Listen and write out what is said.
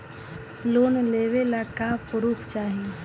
Loan लेवे ला का पुर्फ चाही?